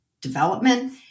development